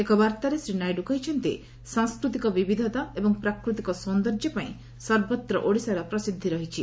ଏକ ବାର୍ଉାରେ ଶ୍ରୀ ନାଇଡୁ କହିଛନ୍ତି ସାଂସ୍କୃତିକ ବିବିଧତା ଏବଂ ପ୍ରାକୃତିକ ସୌନ୍ଦର୍ଯ୍ୟ ପାଇଁ ସର୍ବତ୍ର ଓଡ଼ିଶାର ପ୍ରସିଦ୍ଧି ରହିଛି